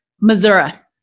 Missouri